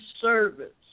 service